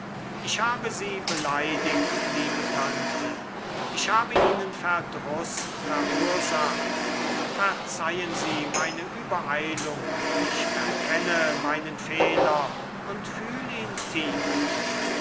ich habe sie beleidigt liebe tante ich habe ihnen verdruß verursacht verzeihen sie meine übereilung ich erkenne meinen fehler und fühl ihn tief